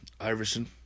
Iverson